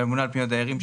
לממונה על פניות דיירים,